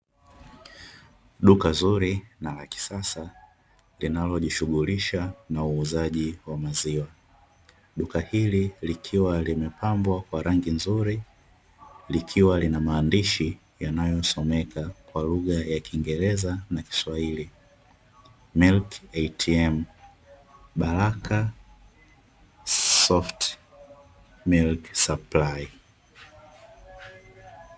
Duka zuri na la kisasa linalo jishughulisha na uuzaji wa maziwa. Duka hili likiwa limepambwa Kwa rangi nzuri, likiwa na maandishi yanayosomeka kwa lugha ya kiingereza na kiswahili "Milk ATM Baraka Soft milk supply".